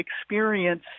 experience